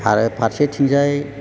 आरो फारसेथिंजाय